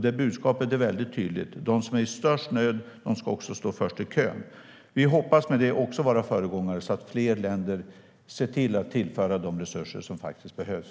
Det budskapet är väldigt tydligt. De som är i störst nöd ska också stå först i kön. Vi hoppas med det att också vara föregångarna så att fler länder ser till att tillföra de resurser som behövs.